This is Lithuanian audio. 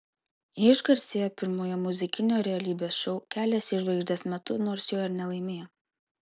ji išgarsėjo pirmojo muzikinio realybės šou kelias į žvaigždes metu nors jo ir nelaimėjo